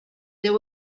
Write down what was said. there